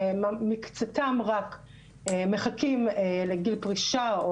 ומקצתם רק מחכים לגיל פרישה,